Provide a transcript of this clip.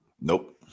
Nope